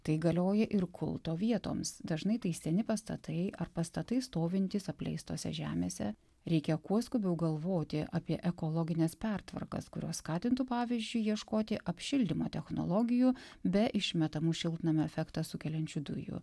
tai galioja ir kulto vietoms dažnai tai seni pastatai ar pastatai stovintys apleistose žemėse reikia kuo skubiau galvoti apie ekologines pertvarkas kurios skatintų pavyzdžiui ieškoti apšildymo technologijų be išmetamų šiltnamio efektą sukeliančių dujų